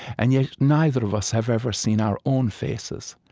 and yet neither of us have ever seen our own faces,